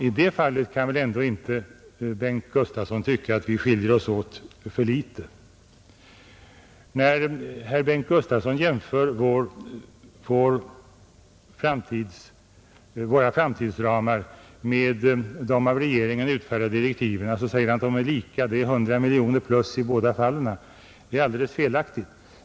I det fallet kan väl herr Gustavsson inte tycka att vi skiljer oss åt för litet? När herr Gustavsson jämför våra framtidsramar med de av regeringen utfärdade direktiven säger han att de är lika — det är plus 100 miljoner kronor i båda fallen. Det är alldeles felaktigt.